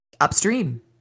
upstream